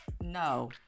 No